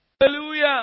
hallelujah